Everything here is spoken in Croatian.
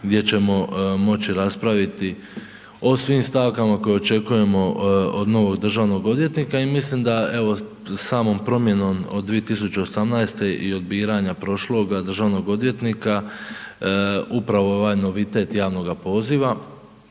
gdje ćemo moći raspraviti o svim stavkama koje očekujemo od novog državnog odvjetnika i mislim da evo samom promjenom od 2018. i od biranja prošloga državnog odvjetnika upravo ovaj novitet javnoga poziva